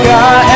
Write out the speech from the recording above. God